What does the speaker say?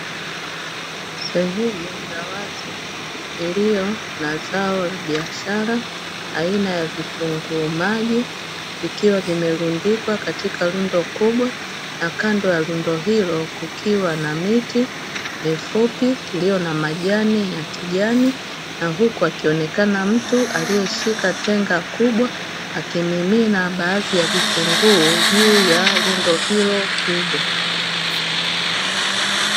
Sehemu ya wazi iliyo na zao la biashara aina ya vitunguu maji, vikiwa vimerundikwa katika rundo kubwa, na kando ya rundo hilo kukiwa na miti mifupi iliyo na majani ya kijani. na huku akionekana mtu aliyeshika tenga kubwa akimimina baadhi ya vitunguu juu ya lundo hilo kubwa.